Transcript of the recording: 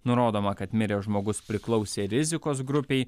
nurodoma kad miręs žmogus priklausė rizikos grupei